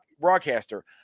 broadcaster